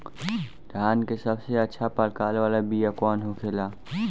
धान के सबसे अच्छा प्रकार वाला बीया कौन होखेला?